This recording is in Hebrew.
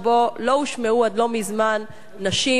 שבו לא הושמעו עד לא מזמן נשים.